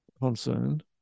concerned